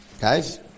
Guys